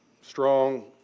strong